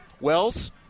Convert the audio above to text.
Wells